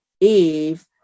Eve